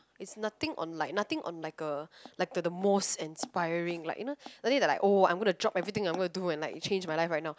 it's nothing on like nothing on like a like a the most inspiring like you know whether is like oh I want to drop anything I going to do and like it change my life I know